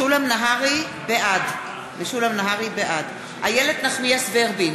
בעד איילת נחמיאס ורבין,